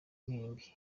nimbi